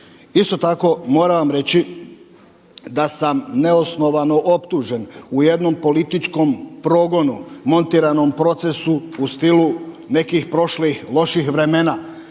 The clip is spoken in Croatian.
Isto tako moram vam reći da sam neosnovano optužen u jednom političkom progonu, montiranom procesu u stilu nekih prošlih loših vremena